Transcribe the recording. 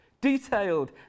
Detailed